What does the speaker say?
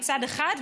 מצד אחד,